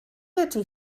ydy